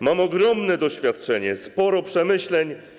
Mam ogromne doświadczenie, sporo przemyśleń.